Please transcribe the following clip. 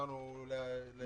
כולנו מאחלים לו שיחזור